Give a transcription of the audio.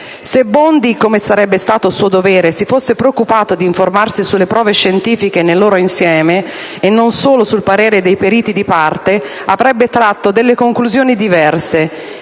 Se Bondi, come sarebbe stato suo dovere, si fosse preoccupato di informarsi sulle prove scientifiche nel loro insieme, e non solo sul parere dei periti di parte, avrebbe tratto delle conclusioni diverse.